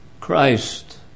Christ